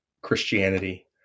Christianity